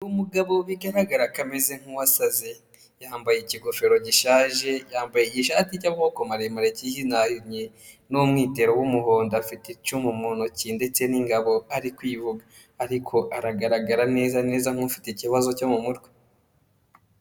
Umugabo bigaragara ko ameze nk'uwasaze, yambaye ikigofero gishaje, yambaye ishati y'amaboko maremare kihinahinnye n'umwitero w'umuhondo, afite icuma mu ntoki ndetse n'ingabo ari kwivuga, ariko aragaragara neza neza nk'ufite ikibazo cyo mu mutwe.